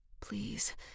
Please